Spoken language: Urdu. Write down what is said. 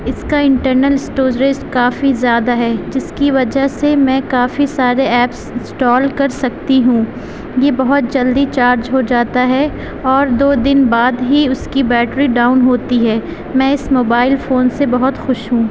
اس کا انٹرنل اسٹوریج کافی زیادہ ہے جس کی وجہ سے میں کافی سارے ایپس انسٹال کر سکتی ہوں یہ بہت جلدی چارج ہو جاتا ہے اور دو دن بعد ہی اس كی بیٹری ڈاؤن ہوتی ہے میں اس موبائل فون سے بہت خوش ہوں